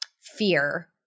fear